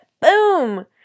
boom